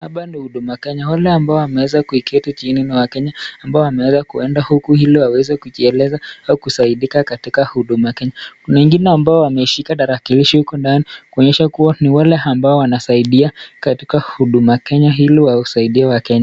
Hapa ni Huduma Kenya, wale ambao wameweza kuketi chini ni wakenya ambao wameweza kuenda huku ili waweze kujieleza au kusaidika katika huduma Kenya. Kuna wengine ambao wameweza kushika tarakilishi huko ndani, kuonyesha kuwa ni wale ambao wanasaidia katika huduma Kenya, ili wasaidie wakenya.